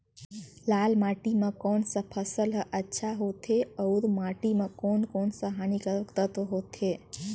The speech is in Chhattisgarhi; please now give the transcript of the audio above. लाल माटी मां कोन सा फसल ह अच्छा होथे अउर माटी म कोन कोन स हानिकारक तत्व होथे?